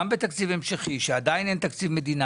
גם בתקציב המשכי שעדיין אין תקציב מדינה